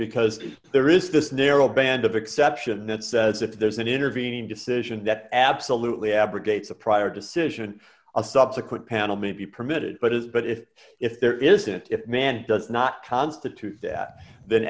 because there is this narrow band of exception that says if there's an intervening decision that absolutely abrogates a prior decision a subsequent panel may be permitted but is but if if there is if man does not constitute tha